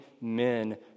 men